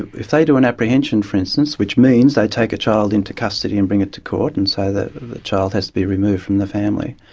if they do an apprehension, for instance, which means they take a child into custody and bring it to court and say the child has to be removed from the family,